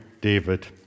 David